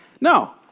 No